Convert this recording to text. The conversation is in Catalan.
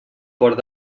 port